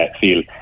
feel